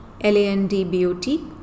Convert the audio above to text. l-a-n-d-b-o-t